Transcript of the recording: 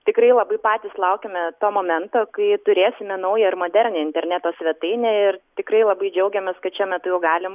tikrai labai patys laukėme to momento kai turėsime naują ir modernią interneto svetainę ir tikrai labai džiaugiamės kad šiuo metu jau galim